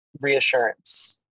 reassurance